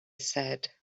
said